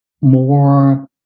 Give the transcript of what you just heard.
more